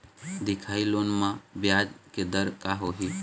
दिखाही लोन म ब्याज के दर का होही?